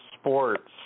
sports